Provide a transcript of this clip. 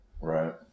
Right